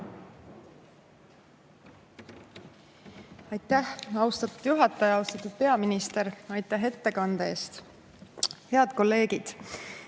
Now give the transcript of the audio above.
Aitäh, austatud juhataja! Austatud peaminister, aitäh ettekande eest! Head kolleegid!